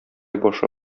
башы